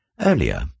Earlier